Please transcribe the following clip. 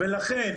לכן,